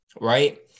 right